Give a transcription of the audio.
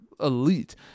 elite